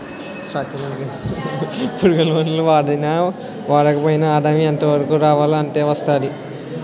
పురుగుమందులు వాడినా వాడకపోయినా ఆదాయం ఎంతరావాలో అంతే వస్తాది